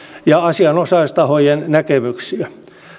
ja asianosaistahojen näkemyksiä